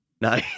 No